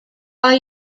are